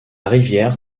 rivière